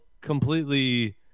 completely